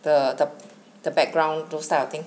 the the the background those type of thing